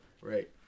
Right